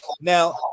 Now